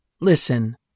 Listen